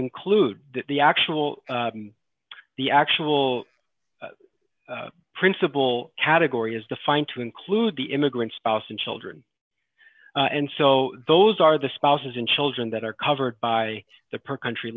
include the actual the actual principal category is defined to include the immigrant spouse and children and so those are the spouses and children that are covered by the per country